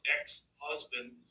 ex-husband